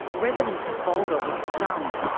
residents of bulga were stunned.